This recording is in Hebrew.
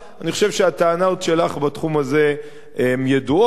אני חושב שהטענות שלך בתחום הזה הן ידועות,